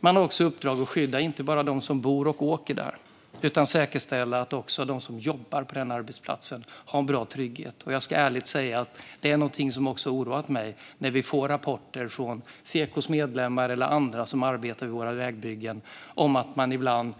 Man har också i uppdrag att inte bara skydda dem som bor och åker där utan också säkerställa att även de som jobbar på arbetsplatsen har en bra trygghet. Jag ska ärligt säga att det har oroat också mig när vi fått rapporter från Sekos medlemmar eller andra som arbetar vid våra vägbyggen om att bilister ibland